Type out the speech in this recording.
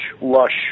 lush